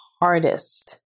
hardest